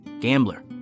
gambler